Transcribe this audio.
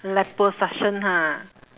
liposuction ha